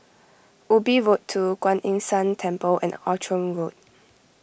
Ubi Road two Kuan Yin San Temple and Outram Road